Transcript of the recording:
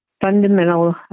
Fundamental